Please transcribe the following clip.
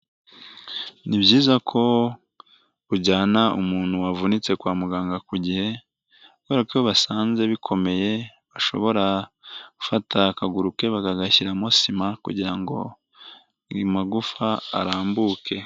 Ni byiza ko ujyana umuntu wavunitse kwa muganga ku gihe, kubera ko iyo basanze bikomeye bashobora gufata akaguru ke bakagashyiramo sima kugira ngo amagufa arambuke.